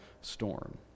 storm